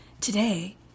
today